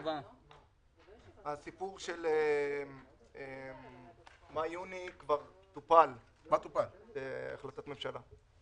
הסיפור של מאי-יוני כבר טופל בהחלטת ממשלה.